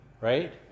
right